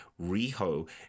Riho